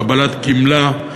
קבלת גמלה,